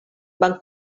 van